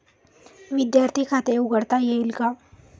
विद्यार्थी खाते उघडता येईल का?